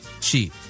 cheap